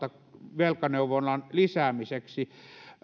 velkaneuvonnan lisäämiseksi